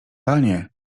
panie